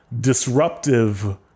disruptive